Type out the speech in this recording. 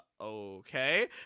okay